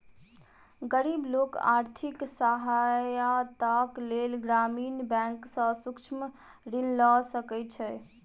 गरीब लोक आर्थिक सहायताक लेल ग्रामीण बैंक सॅ सूक्ष्म ऋण लय सकै छै